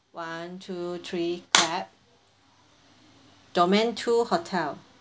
one two three clap domain two hotel